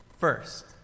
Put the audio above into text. first